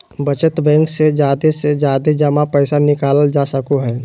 बचत बैंक से जादे से जादे जमा पैसा निकालल जा सको हय